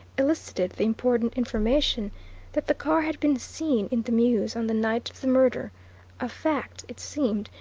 elicited the important information that the car had been seen in the mews on the night of the murder a fact, it seemed,